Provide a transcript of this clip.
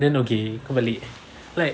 then okay kau balik like